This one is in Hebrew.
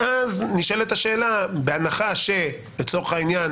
ואז נשאלת השאלה, בהנחה שלצורך העניין